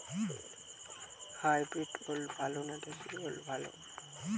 Hybrid ওল ভালো না দেশী ওল ভাল?